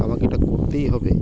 আমাকে এটা করতেই হবে